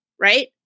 right